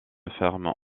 ferme